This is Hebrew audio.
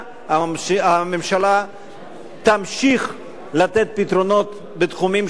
והממשלה תמשיך לתת פתרונות בתחומים שונים,